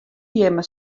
jimme